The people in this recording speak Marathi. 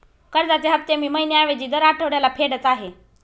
कर्जाचे हफ्ते मी महिन्या ऐवजी दर आठवड्याला फेडत आहे